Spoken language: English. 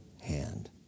hand